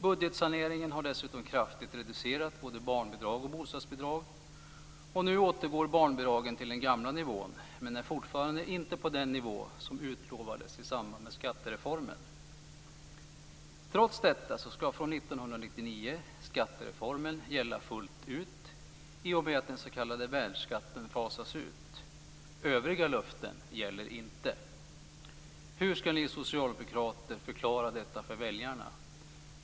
Budgetsaneringen har dessutom kraftigt reducerat både barnbidrag och bostadsbidrag. Nu återgår barnbidragen till den gamla nivån. Men de är fortfarande inte på den nivå som utlovades i samband med skattereformen. Trots detta skall från 1999 skattereformen gälla fullt ut i och med att den s.k. värnskatten fasas ut. Övriga löften gäller inte. Hur skall ni socialdemokrater förklara detta för väljarna?